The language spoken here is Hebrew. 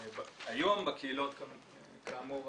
היום בקהילות, כאמור,